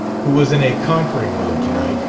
who was in a conquering mood tonight,